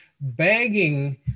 begging